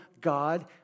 God